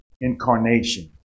incarnation